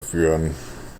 führen